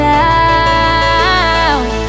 now